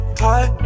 high